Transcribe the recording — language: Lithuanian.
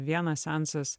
vienas seansas